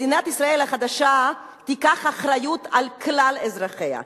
מדינת ישראל החדשה תיקח אחריות לכלל אזרחיה,